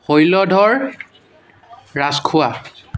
Sailadhar Rajkhowa